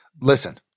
Listen